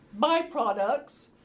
byproducts